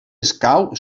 escau